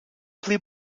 pli